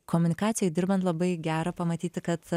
komunikacijai dirbant labai gera pamatyti kad